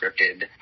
scripted